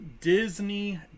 Disney